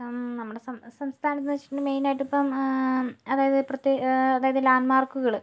നമ്മുടെ സം സംസ്ഥാനത്തെന്ന് വെച്ചിട്ടുണ്ടെങ്കിൽ ഇപ്പം മെയിൻ ആയിട്ട് ഇപ്പം പ്രത്യേ അതായത് ലാൻഡ്മാർക്കുകൾ